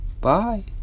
Bye